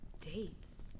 dates